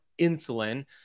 insulin